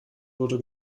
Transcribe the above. wurde